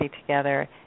together